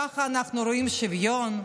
ככה אנחנו רואים שוויון?